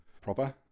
proper